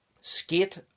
Skate